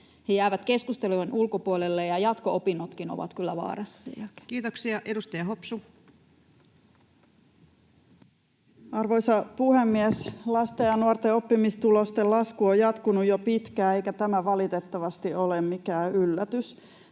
he jäävät keskustelujen ulkopuolelle ja jatko-opinnotkin ovat kyllä vaarassa sen jälkeen. Kiitoksia, edustaja Hopsu. Arvoisa puhemies! Lasten ja nuorten oppimistulosten lasku on jatkunut jo pitkään, eikä tämä valitettavasti ole mikään yllätys.